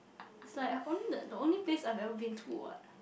is like only the the only place I've ever been to what